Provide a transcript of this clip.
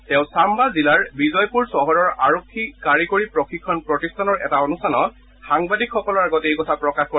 তেওঁ চান্না জিলাৰ বিজয়পূৰ চহৰৰ আৰক্ষী কাৰিকৰী প্ৰশিক্ষণ প্ৰতিষ্ঠানৰ এটা অনুষ্ঠানত সাংবাদিসকলৰ আগত এই কথা প্ৰকাশ কৰে